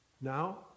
Now